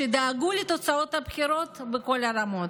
שדאגו לתוצאות הבחירות בכל הרמות.